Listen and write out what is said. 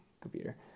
computer